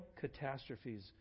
catastrophes